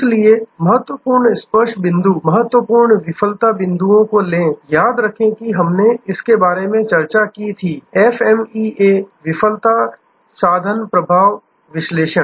इसलिए महत्वपूर्ण स्पर्श बिंदु महत्वपूर्ण विफलता बिंदुओं को लें याद रखें कि हमने इसके बारे में चर्चा की थी FMEA विफलता साधन प्रभाव विश्लेषण